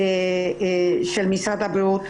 של משרד הבריאות.